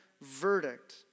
verdict